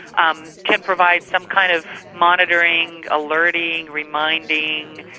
um can provide some kind of monitoring, alerting reminding,